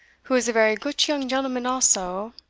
who is a very goot young gentleman also,